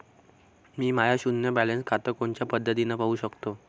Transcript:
मी माय शुन्य बॅलन्स खातं कोनच्या पद्धतीनं पाहू शकतो?